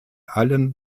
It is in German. allen